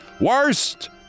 worst